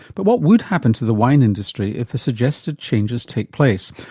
but what would happen to the wine industry if the suggested changes take place?